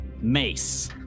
mace